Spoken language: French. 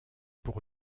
pour